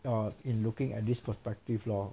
err in looking at this perspective lor